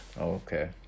Okay